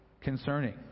concerning